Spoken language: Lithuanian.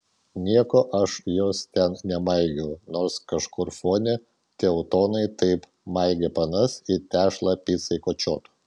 nieko aš jos ten nemaigiau nors kažkur fone teutonai taip maigė panas it tešlą picai kočiotų